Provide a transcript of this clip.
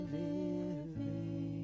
living